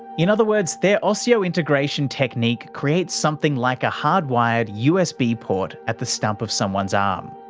in other words, their osseointegration technique creates something like a hardwired usb port at the stump of someone's arm,